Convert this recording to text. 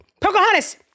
pocahontas